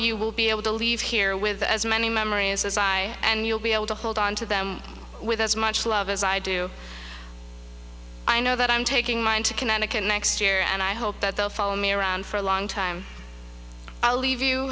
you will be able to leave here with as many memories as i and you'll be able to hold on to them with as much love as i do i know that i'm taking my into connecticut next year and i hope that they'll follow me around for a long time i'll leave you